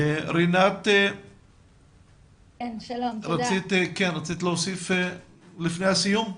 רינת רצית להוסיף לפני סיום.